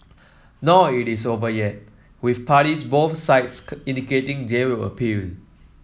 nor it is over yet with parties both sides indicating they will appeal